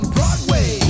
Broadway